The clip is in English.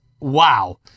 wow